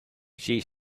she